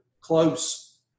close